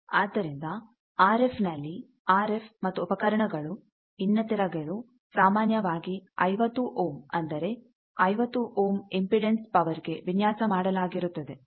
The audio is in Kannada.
ಆದ್ದರಿಂದ ಆರ್ ಎಫ್ನಲ್ಲಿ ಆರ್ ಎಫ್ ಮತ್ತು ಉಪಕರಣಗಳು ಇನ್ನಿತರೆ ಗಳು ಸಾಮಾನ್ಯವಾಗಿ 50 ಓಮ್ ಅಂದರೆ 50 ಓಮ್ ಇಂಪೆಡನ್ಸ್ ಪವರ್ಗೆ ವಿನ್ಯಾಸ ಮಾಡಲಾಗಿರುತ್ತದೆ